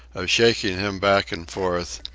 of shaking him back and forth,